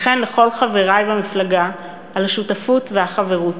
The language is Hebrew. וכן לכל חברי במפלגה על השותפות והחברות.